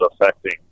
affecting